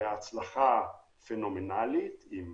בהצלחה פנומנלית, עם